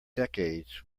decades